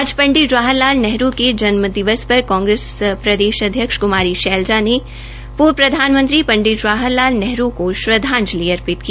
आज पंडित जवाहर लाल नेहरू के जन्म दिवस पर कांग्रेस प्रदेश अध्यक्ष कुमारी शैजला ने पर्व प्रधानमंत्री पंडित जवाहर लाल नेहरू को श्रदवाजंलि अर्पित की